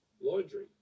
laundry